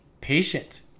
patient